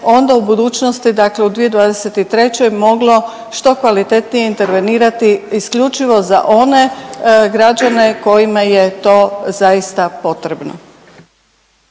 onda u budućnosti, dakle u 2023. moglo što kvalitetnije intervenirati isključivo za one građane kojima je to zaista potrebno.